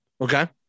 Okay